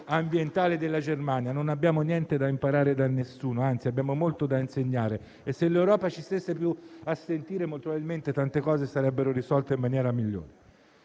ambientale della Germania. Non abbiamo niente da imparare da nessuno, anzi abbiamo molto da insegnare e se l'Europa ci stesse più a sentire, molto probabilmente tante cose sarebbero risolte in modo migliore.